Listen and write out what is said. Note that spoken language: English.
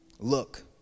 Look